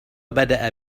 بدأ